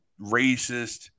racist